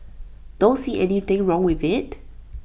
don't see anything wrong with IT